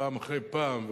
פעם אחרי פעם,